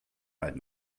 right